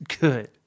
good